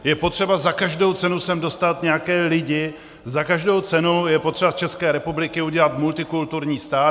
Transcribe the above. Je potřeba za každou cenu sem dostat nějaké lidi, za každou cenu je potřeba z České republiky udělat multikulturní stát.